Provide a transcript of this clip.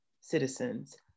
citizens